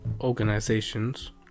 organizations